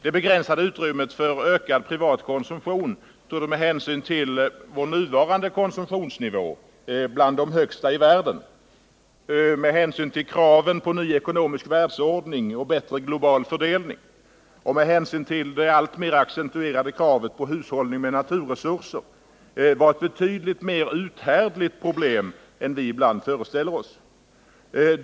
Det begränsade utrymmet för ökad privat konsumtion torde, med hänsyn till vår nuvarande konsumtionsnivå som är bland de högsta i världen, med hänsyn till kraven på en ny ekonomisk världsordning och en bättre global fördelning samt med hänsyn till det alltmer accentuerade kravet på hushållning med naturresurser, vara ett betydligt mera uthärdligt problem än vi ibland föreställer oss.